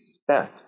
spent